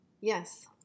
Yes